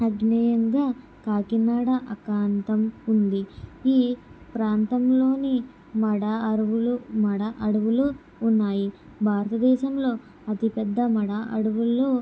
ఆగ్నేయంగా కాకినాడ అకాంతం ఉంది ఈ ప్రాంతంలోని మడ అరువులు మడ అడవులు ఉన్నాయి భారతదేశంలో అతి పెద్ద మడ అడవుల్లో